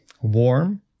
warm